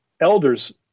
elders